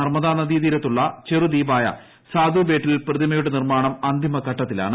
നർമ്മദ നദീതീരത്തുള്ള ചെറുദ്ധീപായ സാധു ബേട്ടിൽ പ്രതിമയുടെ നിർമ്മാണം അന്തിമ ഘട്ടത്തിലാണ്